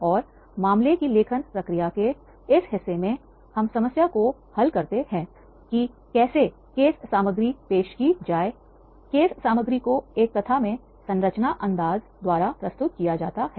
और मामले की लेखन प्रक्रिया के इस हिस्से में हम समस्या को हल करते हैं कि कैसे केस सामग्री पेश की जाए केस सामग्री को एक कथा में संरचना अंदाज द्वारा प्रस्तुत किया जाता है